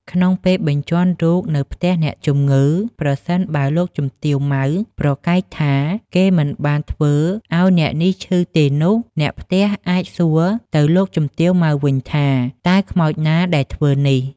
ក្នុងពេលបញ្ជាន់រូបនៅផ្ទះអ្នកជំងឺ ប្រសិនបើលោកជំទាវ ម៉ៅ ប្រកែកថា គេមិនបានធ្វើឲ្យអ្នកនេះឈឺទេនោះ អ្នកផ្ទះអាចសួរទៅលោកជំទាវ ម៉ៅ វិញថា តើខ្មោចណាដែលធ្វើនេះ?